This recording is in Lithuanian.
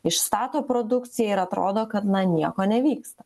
išstato produkciją ir atrodo kad na nieko nevyksta